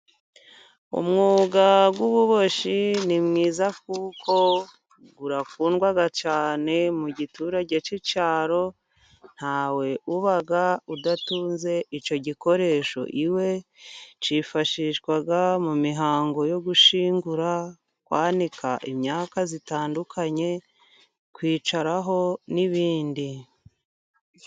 Umwuga w'ububoshi ni mwiza, kuko urakundwa cyane mu giturage ki'cyaro, ntawe uba adatunze icyo gikoresho iwe cyifashishwa mu mihango yo gushyingura, kwanika imyaka itandukanye, kwicaraho n'ibindi.